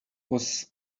was